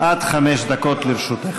עד חמש דקות לרשותך.